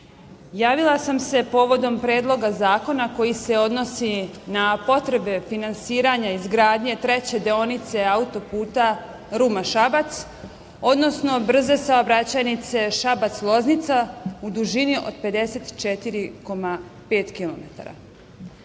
sam se povodom predloga zakona koji se odnosi na potrebe finansiranja izgradnje treće deonice auto puta Ruma Šabac, odnosno brze saobraćajnice Šabac Loznica, u dužini od 54,5